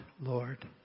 Lord